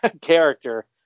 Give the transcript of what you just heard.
character